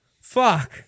fuck